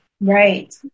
Right